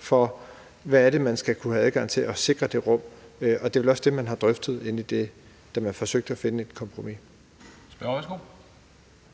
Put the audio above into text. for, hvad det er, der skal være adgang til, for at man kan sikre det rum. Det er vel også det, man har drøftet, da man forsøgte at finde et kompromis.